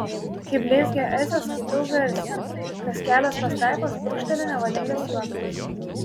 kai bleizgio esė skaitau garsiai kas kelios pastraipos purkšteli nevalingas juokas